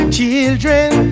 Children